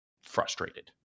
frustrated